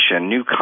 new